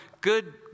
good